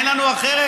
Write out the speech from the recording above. אין לנו אחרת,